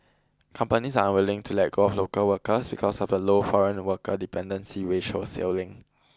companies are unwilling to let go of local workers because of the low foreign worker dependency ratio ceiling